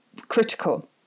critical